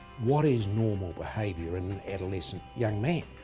what is normal behaviour in an adolescent young man?